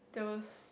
there was